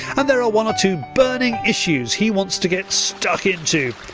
and there are one or two burning issues he wants to get stuck into.